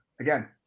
again